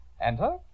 Enter